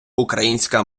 українська